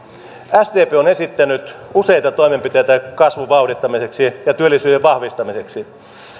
sdp on esittänyt useita toimenpiteitä kasvun vauhdittamiseksi ja työllisyyden vahvistamiseksi